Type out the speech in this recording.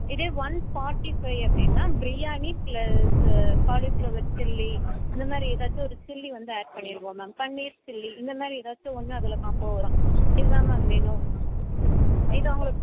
இதே one forty five அப்படின்னா biryani plus cauliflower chilli இந்த மாதிரி எதாச்சும் ஒரு சில்லி வந்து ஆட் பண்ணிடுவோம் மேம் பன்னீர் சில்லி இந்த மாதிரி ஏதாச்சும் ஒன்று அதில் காம்போ வரும் இது தான் மேம் மெனு இதை உங்களுக்கு